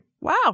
Wow